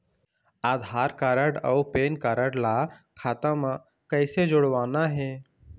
आधार card अऊ PAN card ला खाता म कइसे जोड़वाना हे?